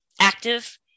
active